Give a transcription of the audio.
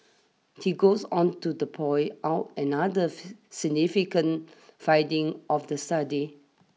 he goes on to the point out another significant finding of the study